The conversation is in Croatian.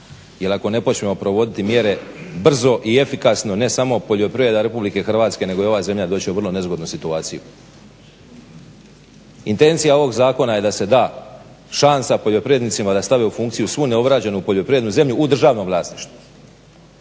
jer ako ne počnemo provoditi mjere brzo i efikasno ne samo poljoprivreda RH nego i ova zemlja doći u vrlo nezgodnu situaciju. Intencija ovog zakona je da se da šansa poljoprivrednicima da stave u funkciju svu neobrađenu poljoprivrednu zemlju u državno vlasništvo.